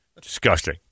Disgusting